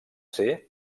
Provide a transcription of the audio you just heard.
ser